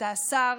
אתה השר